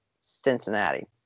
Cincinnati